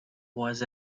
was